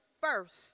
first